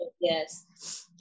yes